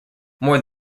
more